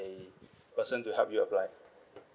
a person to help you apply